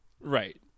right